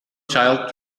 child